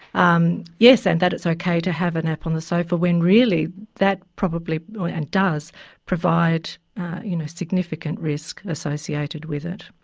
um yes, and that it's okay to have a nap on the sofa, when really that and does provide you know significant risk associated with it.